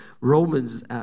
Romans